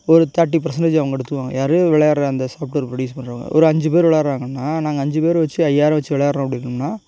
ஒரு thirty percentage அவங்க எடுத்துக்குவாங்க யார் விளையாடுற அந்தச் சாஃப்ட்வேர் ப்ரொடியூஸ் பண்ணுறவங்க ஒரு அஞ்சு பேர் விளாடுறாங்கனா நாங்கள் அஞ்சு பேர் வச்சு ஐயாயிரம் வச்சு விளாடுறோம் அப்படினும்னா